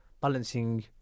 balancing